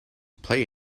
play